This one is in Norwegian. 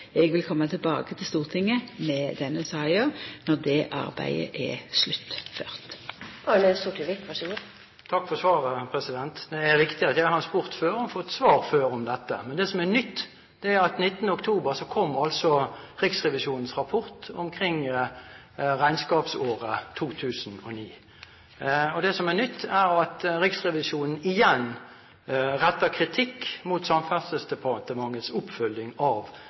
vil koma tilbake til Stortinget med denne saka når dette arbeidet er sluttført. Takk for svaret. Det er riktig at jeg har spurt før – og fått svar før – om dette. Men det som er nytt, er at 19. oktober kom Riksrevisjonens rapport om regnskapsåret 2009. Og det som videre er nytt, er at Riksrevisjonen igjen retter kritikk mot Samferdselsdepartementets oppfølging av